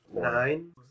Nine